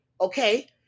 Okay